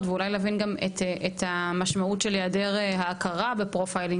ואולי להבין גם את המשמעות של היעדר ההכרה ב"פרופיילינג"